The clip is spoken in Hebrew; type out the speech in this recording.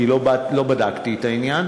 כי לא בדקתי את העניין,